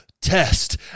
test